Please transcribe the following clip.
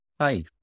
Hi